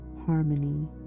harmony